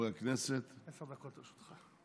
חברי הכנסת, עשר דקות לרשותך.